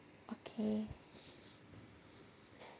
okay